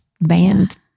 band